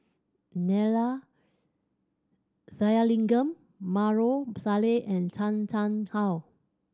Neila Sathyalingam Maarof Salleh and Chan Chang How